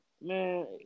man